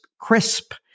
crisp